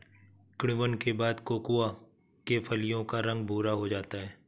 किण्वन के बाद कोकोआ के फलियों का रंग भुरा हो जाता है